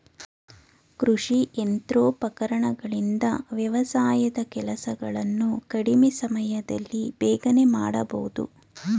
ಕೃಷಿ ಯಂತ್ರೋಪಕರಣಗಳಿಂದ ವ್ಯವಸಾಯದ ಕೆಲಸಗಳನ್ನು ಕಡಿಮೆ ಸಮಯದಲ್ಲಿ ಬೇಗನೆ ಮಾಡಬೋದು